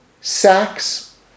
sacks